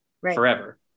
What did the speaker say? forever